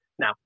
Now